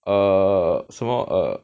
err 什么 err